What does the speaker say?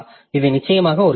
இது நிச்சயமாக ஒரு கேள்வி